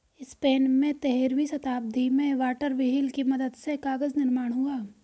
Spain में तेरहवीं शताब्दी में वाटर व्हील की मदद से कागज निर्माण हुआ